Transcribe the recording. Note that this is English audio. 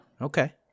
okay